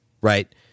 right